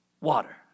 water